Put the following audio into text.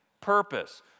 purpose